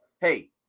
hey